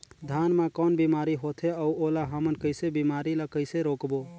धान मा कौन बीमारी होथे अउ ओला हमन कइसे बीमारी ला कइसे रोकबो?